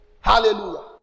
hallelujah